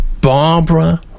Barbara